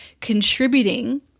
contributing